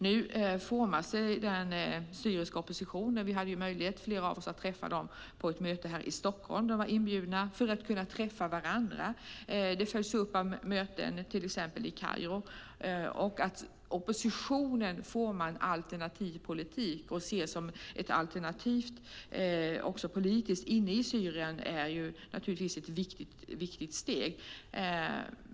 Nu formar sig den syriska oppositionen. Flera av oss hade möjlighet att träffa dem på ett möte här i Stockholm. De var inbjudna för att kunna träffa varandra. Det följs upp av möten i till exempel Kairo. Att oppositionen formar en alternativ politik och ses som ett politiskt alternativ i Syrien är naturligtvis ett viktigt steg.